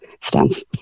stance